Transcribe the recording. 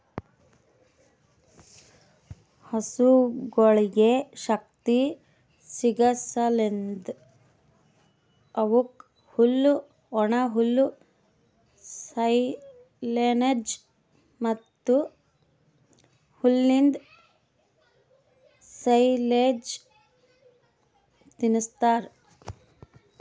ಹಸುಗೊಳಿಗ್ ಶಕ್ತಿ ಸಿಗಸಲೆಂದ್ ಅವುಕ್ ಹುಲ್ಲು, ಒಣಹುಲ್ಲು, ಸೈಲೆಜ್ ಮತ್ತ್ ಹುಲ್ಲಿಂದ್ ಸೈಲೇಜ್ ತಿನುಸ್ತಾರ್